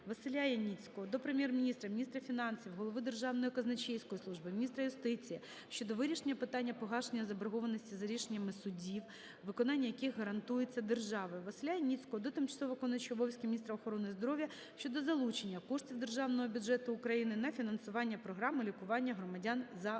Василя Яніцького до Прем'єр-міністра, міністра фінансів, Голови Державної казначейської служби, міністра юстиції щодо вирішення питання погашення заборгованості за рішеннями судів, виконання яких гарантується державою. Василя Яніцького до тимчасово виконуючої обов'язки міністра охорони здоров'я щодо залучення коштів Державного бюджету України на фінансування програми лікування громадян за кордоном.